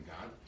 God